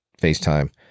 FaceTime